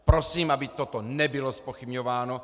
Prosím, aby toto nebylo zpochybňováno!